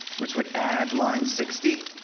which would add line sixty.